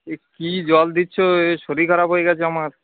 এ কী জল দিচ্ছ এ শরীর খারাপ হয়ে গেছে আমার